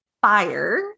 fire